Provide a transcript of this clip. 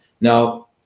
Now